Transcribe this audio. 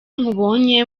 nkubonye